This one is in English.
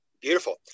Beautiful